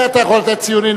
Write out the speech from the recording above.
אתה יכול לתת ציונים,